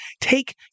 take